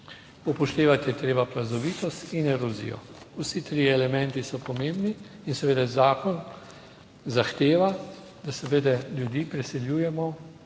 Upoštevati je treba plazovitost in erozijo, vsi trije elementi so pomembni in seveda zakon zahteva, da seveda ljudi preseljujemo